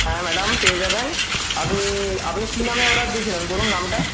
হ্যাঁ ম্যাডাম পেয়ে যাবেন আপনি কি নামে অর্ডার দিয়েছিলেন বলুন নামটা